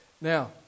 Now